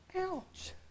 Ouch